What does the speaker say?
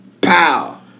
pow